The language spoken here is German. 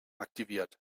aktiviert